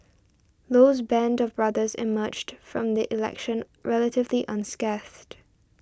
Low's band of brothers emerged from the election relatively unscathed